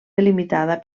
delimitada